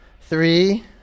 Three